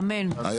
אמן, תודה רבה.